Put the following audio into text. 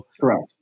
Correct